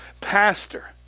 pastor